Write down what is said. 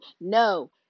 no